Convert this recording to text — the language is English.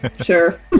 sure